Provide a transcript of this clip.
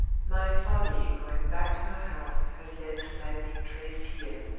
my folly in going back to her house has led to my being traced here.